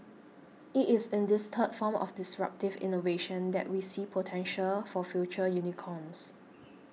it is in this third form of disruptive innovation that we see potential for future unicorns